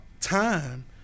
time